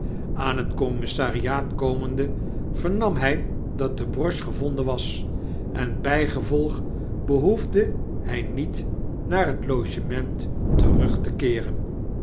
aan het commissariaat komende vernam hij dat de broche gevonden was en bijgevolg behoefde hij niet naar het logement terug te keeren